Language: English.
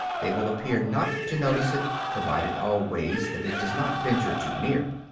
they will appear not to notice it, provided always that it does not venture too near.